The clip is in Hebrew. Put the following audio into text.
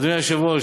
אדוני היושב-ראש,